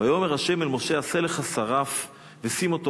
"ויאמר ה' אל משה עשה לך שרף ושים אתו